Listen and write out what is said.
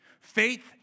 Faith